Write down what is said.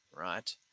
right